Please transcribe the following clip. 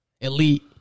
Elite